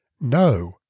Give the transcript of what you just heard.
no